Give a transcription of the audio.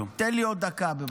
תן לי עוד דקה, בבקשה.